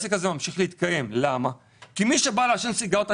והעסק הזה ממשיך להתקיים כי מי שבא לעשן סיגריות,